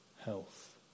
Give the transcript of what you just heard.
health